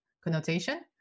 connotation